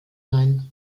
sein